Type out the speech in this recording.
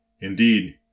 Indeed